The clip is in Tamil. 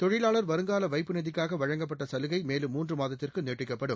தொழிலாளா் வருங்கால வைப்பு நிதிக்காக வழங்கப்பட்ட சலுகை மேலும் மூன்று மாதத்திற்கு நீட்டிக்கப்படும்